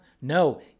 No